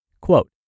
Quote